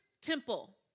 temple